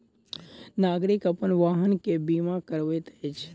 नागरिक अपन वाहन के बीमा करबैत अछि